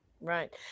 Right